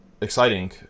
Exciting